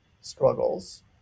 struggles